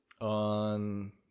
on